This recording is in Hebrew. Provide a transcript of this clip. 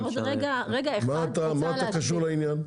מה אתה קשור לעניין?